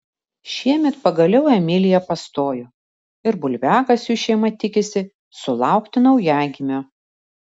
šiemet pagaliau emilija pastojo ir bulviakasiui šeima tikisi sulaukti naujagimio